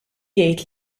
jgħid